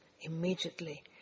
immediately